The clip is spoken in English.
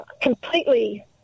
completely